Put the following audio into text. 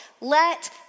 let